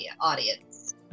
audience